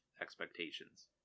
expectations